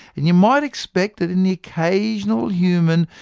and you might expect that in the occasional human,